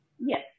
Yes